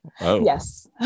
Yes